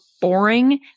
boring